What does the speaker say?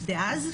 דאז,